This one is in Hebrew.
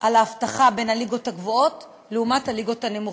על האבטחה בליגות הגבוהות לעומת הליגות הנמוכות.